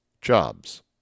jobs